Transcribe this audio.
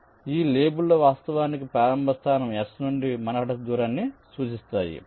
కాబట్టి ఈ లేబుల్స్ వాస్తవానికి ప్రారంభ స్థానం S నుండి మాన్హాటన్ దూరాన్ని సూచిస్తాయి